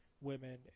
women